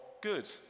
good